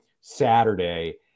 Saturday